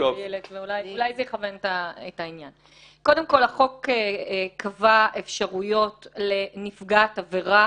קודם כול, החוק קבע אפשרויות לנפגעת עבירה